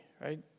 right